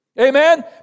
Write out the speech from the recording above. Amen